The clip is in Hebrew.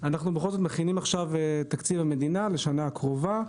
אנחנו בכל זאת מכינים עכשיו את תקציב המדינה למדינה הקרובה.